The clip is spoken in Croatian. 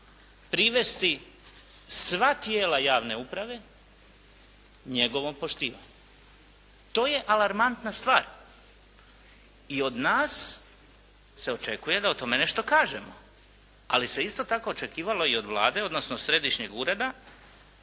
privesti sva tijela javne uprave njegovom poštivanju. To je alarmantna stvar i od nas se očekuje da o tome nešto kažemo, ali se isto tako očekivalo i od Vlade, odnosno središnjeg ureda